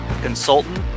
consultant